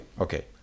okay